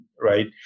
right